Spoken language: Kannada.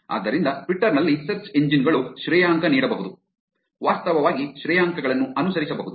ಆದ್ದರಿಂದ ಟ್ವಿಟರ್ ನಲ್ಲಿ ಸರ್ಚ್ ಇಂಜಿನ್ ಗಳು ಶ್ರೇಯಾಂಕ ನೀಡಬಹುದು ವಾಸ್ತವವಾಗಿ ಶ್ರೇಯಾಂಕಗಳನ್ನು ಅನುಸರಿಸಬಹುದು